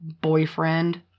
boyfriend